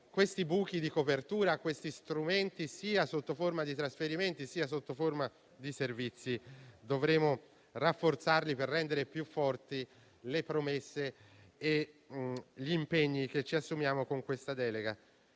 Questi buchi di copertura, questi strumenti, sia sotto forma di trasferimenti che di servizi dovremo rafforzarli per rendere più forti le promesse e gli impegni che ci assumiamo con questa delega.